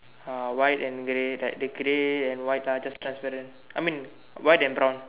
uh white and grey then the grey and white are just transparent I mean white and brown